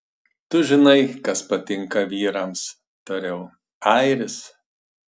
tu žinai kas patinka vyrams tariau airis